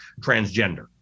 transgender